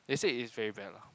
they said it's very bad lah